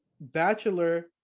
bachelor